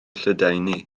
lledaenu